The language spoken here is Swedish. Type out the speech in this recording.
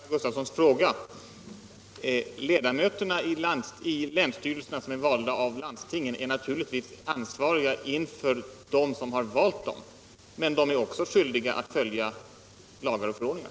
Herr talman! Ett konkret svar på herr Gustafssons i Ronneby fråga: Ledamöterna i länsstyrelserna blir naturligtvis ansvariga inför landstingen, som har valt dem. Men de är också skyldiga att följa lagar och förordningar.